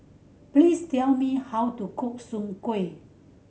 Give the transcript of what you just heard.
please tell me how to cook soon kway